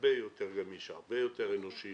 הרבה יותר גמיש ואנושי